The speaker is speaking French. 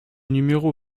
numéro